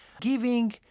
giving